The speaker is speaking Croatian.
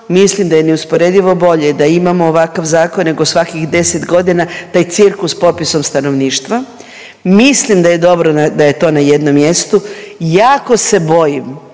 mislim da je neusporedivo bolje da imamo ovakav zakon nego svakih 10 godina taj cirkus s popisom stanovništva. Mislim da je dobro da je to na jednom mjestu, jako se bojim,